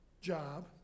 job